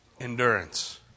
Endurance